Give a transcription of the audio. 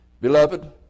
Beloved